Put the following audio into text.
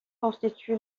constitue